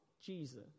Jesus